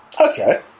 Okay